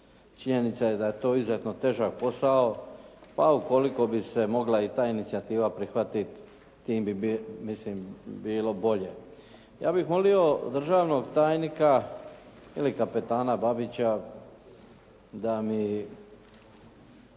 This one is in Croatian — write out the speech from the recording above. činjenica je da je to izuzetno težak posao pa ukoliko bi se mogla i ta inicijativa prihvatit tim bi bilo bolje. Ja bih molio državnog tajnika ili kapetana Babića da mi